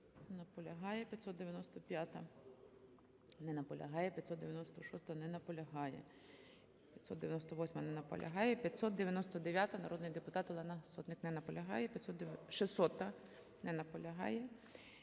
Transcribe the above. Не наполягає. 595-а. Не наполягає. 596-а. Не наполягає. 598-а. Не наполягає. 599-а, народний депутат Олена Сотник. Не наполягає. 600-а. Не наполягає.